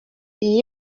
iyo